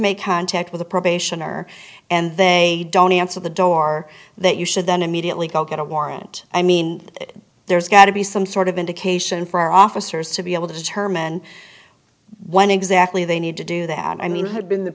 make contact with a probationer and they don't answer the door that you should then immediately go get a warrant i mean there's got to be some sort of indication for officers to be able to determine when exactly they need to do that i mean had been the